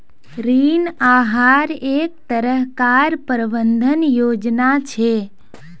ऋण आहार एक तरह कार प्रबंधन योजना छे